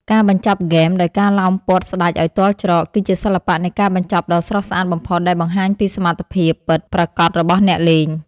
ការបញ្ចប់ហ្គេមដោយការឡោមព័ទ្ធស្តេចឱ្យទាល់ច្រកគឺជាសិល្បៈនៃការបញ្ចប់ដ៏ស្រស់ស្អាតបំផុតដែលបង្ហាញពីសមត្ថភាពពិតប្រាកដរបស់អ្នកលេង។